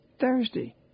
Thursday